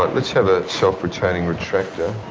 but let's have a self-retaining retractor.